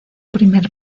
primer